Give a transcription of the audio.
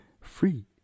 free